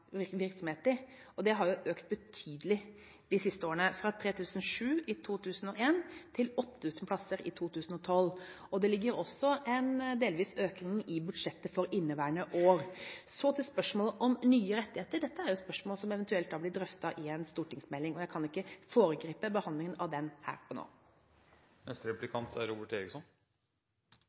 Det som er viktig, er jo å øke antall plasser i skjermede virksomheter, og det antallet har økt betydelig de siste årene – fra 3007 plasser i 2001 til 8 000 i 2012 – og det ligger også en delvis økning i budsjettet for inneværende år. Så til spørsmålet om nye rettigheter: Dette er jo et spørsmålet som eventuelt blir drøftet i en stortingsmelding, og jeg kan ikke foregripe behandlingen av den